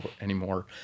anymore